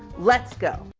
let's go.